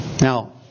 Now